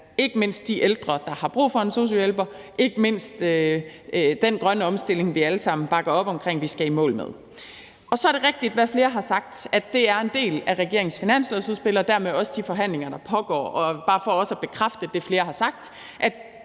ikke mindst de ældre, der har brug for en sosu-hjælper, og ikke mindst den grønne omstilling, som vi alle sammen bakker op om at vi skal i mål med. Så er det rigtigt, hvad flere har sagt, nemlig at det er en del af regeringens finanslovsudspil og dermed også de forhandlinger, der pågår. Bare for også at bekræfte det, flere har sagt,